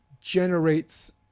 generates